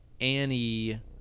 Annie